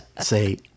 say